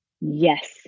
Yes